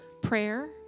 prayer